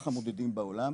ככה מודדים בעולם,